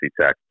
Tech